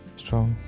strong